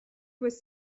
was